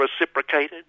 reciprocated